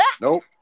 Nope